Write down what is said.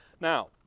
Now